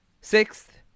Sixth